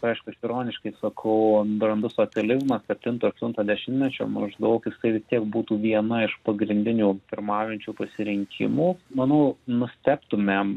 aišku aš ironiškai sakau brandus socializmas septinto aštunto dešimtmečio maždaug jisai visiek būtų viena iš pagrindinių pirmaujančių pasirinkimų manau nustebtumėm